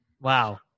Wow